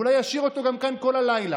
ואולי ישאיר אותו גם כאן כל הלילה.